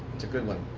it's a good one.